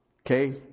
Okay